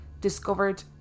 discovered